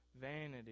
Vanity